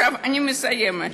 אני מסיימת.